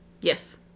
Yes